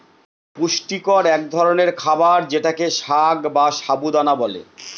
পুষ্টিকর এক ধরনের খাবার যেটাকে সাগ বা সাবু দানা বলে